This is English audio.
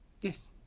Yes